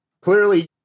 clearly